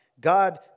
God